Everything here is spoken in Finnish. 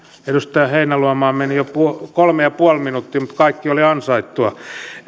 edustaja heinäluomaan meni jo kolme pilkku viisi minuuttia mutta kaikki oli ansaittua